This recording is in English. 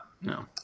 No